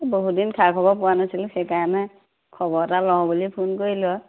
বহুত দিন খা খবৰ পোৱা নাছিলোঁ সেইকাৰণে খবৰ এটা লওঁ বুলি ফোন কৰিলোঁ